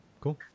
Cool